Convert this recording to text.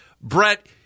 Brett